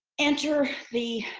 enter the